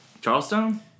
Charleston